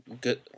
Good